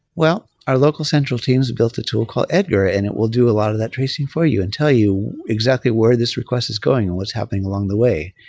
well, our local central teams built a tool called edgar and it will do a lot of that tracing for you and tell you exactly where this request is going or what's happening along the way.